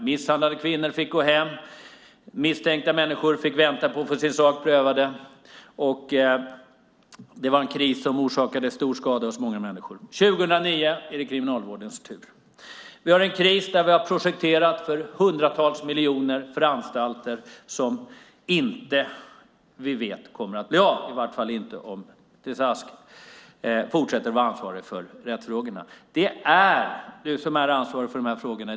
Misshandlade kvinnor fick gå hem. Misstänkta människor fick vänta på att få sin sak prövad. Det var en kris som orsakade stor skada för många människor. År 2009 är det Kriminalvårdens tur. Vi har en kris där vi har projekterat för hundratals miljoner för anstalter varom vi inte vet om de kommer att bli verklighet, i varje fall inte om Beatrice Ask fortsätter att vara ansvarig för rättsfrågorna. Det är du som är ansvarig för de här frågorna.